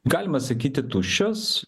galima sakyti tuščios